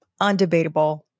undebatable